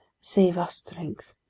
save our strength!